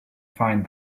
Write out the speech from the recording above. find